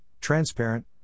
transparent